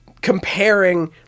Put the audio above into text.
comparing